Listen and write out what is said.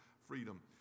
freedom